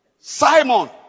Simon